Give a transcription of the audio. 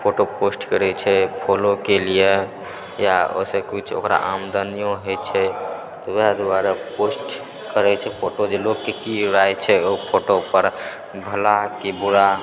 photo post करै छै फॉलोके लिए या ओएहसँ किछु ओकरा आमदनियो होइत छै तऽ ओएह दुआरे पोस्ट करै छै फोटो जे लोककेँ की राय छै ओहि फोटो पर भला कि बुरा